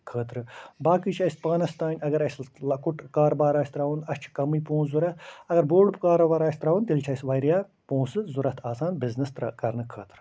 خٲطرٕ باقٕے چھِ اَسہِ پانَس تام اَگر اَسہِ لۄکُٹ کاربار آسہِ ترٛاوُن اَسہِ چھِ کَمٕے پونٛسہٕ ضوٚرَتھ اَگر بوٚڈ کاروبار آسہِ ترٛاوُن تیٚلہِ چھِ اَسہِ واریاہ پونٛسہٕ ضوٚرتھ آسان بِزنِس کرنہٕ خٲطرٕ